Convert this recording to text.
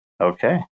Okay